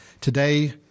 Today